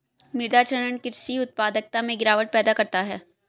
मृदा क्षरण कृषि उत्पादकता में गिरावट पैदा करता है